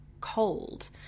cold